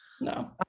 No